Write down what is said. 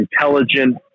intelligent